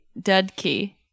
Dudkey